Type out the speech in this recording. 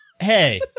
Hey